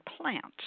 plants